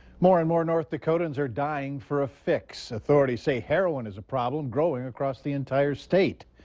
more and more north dakotan's are dying for a fix. authorities say heroin is a problem growing across the entire state.